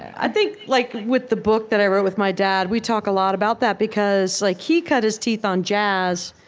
think like with the book that i wrote with my dad, we talk a lot about that, because like he cut his teeth on jazz,